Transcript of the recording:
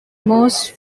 most